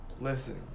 Listen